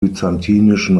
byzantinischen